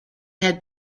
had